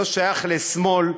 לא שייך לשמאל,